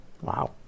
Wow